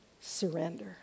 surrender